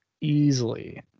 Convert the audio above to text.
easily